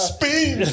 Speed